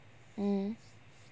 mm mm